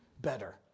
better